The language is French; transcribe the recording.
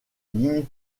ligne